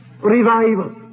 revival